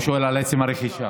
הוא שואל על עצם הרכישה.